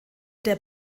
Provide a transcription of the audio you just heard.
der